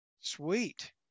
sweet